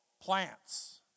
plants